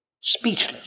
Speechless